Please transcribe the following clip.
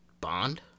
Bond